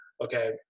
okay